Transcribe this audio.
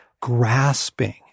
grasping